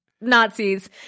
Nazis